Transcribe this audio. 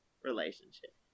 relationship